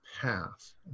path